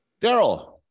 Daryl